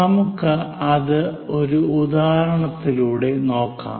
നമുക്ക് അത് ഒരു ഉദാഹരണത്തിലൂടെ നോക്കാം